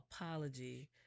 apology